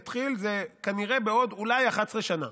יתחיל כנראה בעוד 11 שנה.